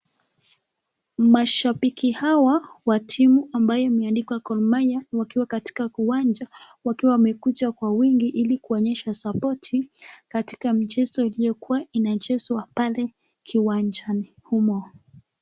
Mashambiki hawa wa timu ambayo imeandikwa Gor Mahia wakiwa katika uwanja wakiwa wamekuja kwa wingi ili kuonyesha support katika michezo iliokuwa inachezwa pale kiwanjani humo.